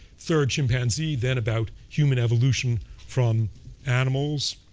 third chimpanzee, then, about human evolution from animals.